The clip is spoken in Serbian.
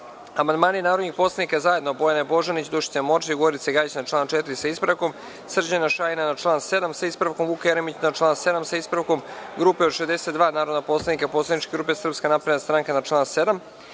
amandmani narodnih poslanika: zajedno Bojane Božanić, Dušice Morčev i Gorice Gajić na član 4, sa ispravkom; Srđana Šajna na član 7, sa ispravkom; Vuka Jeremića na član 7, sa ispravkom; grupe od 62 narodna poslanika Poslaničke grupe Srpska napredna stranka na član 7,